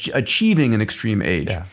achieving an extreme age.